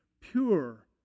pure